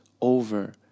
over